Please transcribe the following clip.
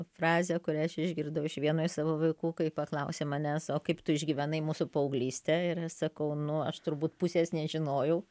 frazė kurią aš išgirdau iš vieno iš savo vaikų kai paklausė manęs o kaip tu išgyvenai mūsų paauglystę ir sakau nu aš turbūt pusės nežinojau